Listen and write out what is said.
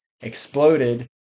exploded